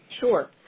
Sure